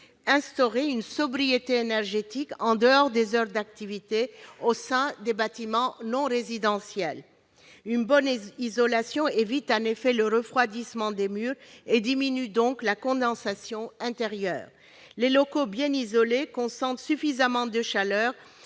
instaurer une sobriété énergétique en dehors des heures d'activité au sein des bâtiments non résidentiels. Une bonne isolation évite en effet le refroidissement des murs et diminue donc la condensation intérieure. Les locaux bien isolés concentrent suffisamment de chaleur